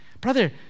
Brother